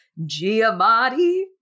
Giamatti